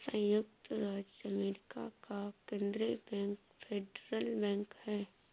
सयुक्त राज्य अमेरिका का केन्द्रीय बैंक फेडरल बैंक है